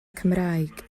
cymraeg